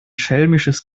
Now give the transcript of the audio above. schelmisches